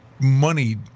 money